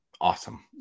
Awesome